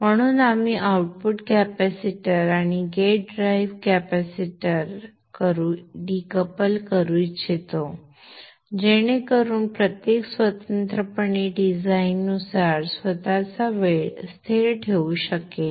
म्हणून आम्ही output capacitor आणि गेट ड्राइव्ह कॅपेसिटर डीकपल करू इच्छितो जेणेकरून प्रत्येक स्वतंत्रपणे डिझाइननुसार स्वतःचा वेळ स्थिर ठेवू शकेल